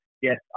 Yes